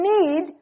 need